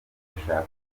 ndashaka